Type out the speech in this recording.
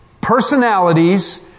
personalities